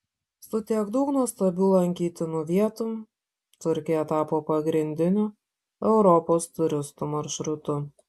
su tiek daug nuostabių lankytinų vietų turkija tapo pagrindiniu europos turistų maršrutu